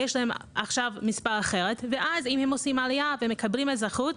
יש להם עכשיו מספר אחר ואז אם הם עושים עליה ומקבלים אזרחות,